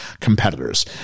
competitors